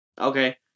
Okay